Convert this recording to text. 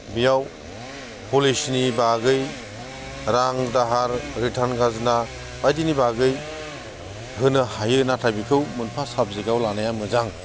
बेयाव पलिसिनि बागै रां दाहार रिटार्न खाजोना बायदिनि बागै होनो हायो नाथाय बेखौ मोनफा साबजेक्टआव लानाया मोजां